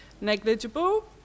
negligible